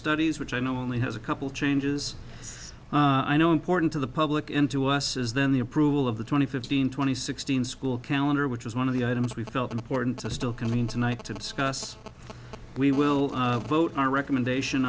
studies which i know only has a couple changes i know important to the public in to us is then the approval of the twenty fifteen twenty sixteen school calendar which is one of the items we felt important to still come in tonight to discuss we will vote our recommendation